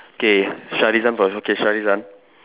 okay Sharizan fi okay Sharizan